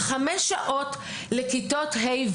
חמש שעות לכיתות ה',